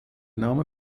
name